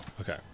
Okay